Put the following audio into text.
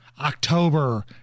October